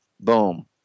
boom